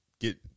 get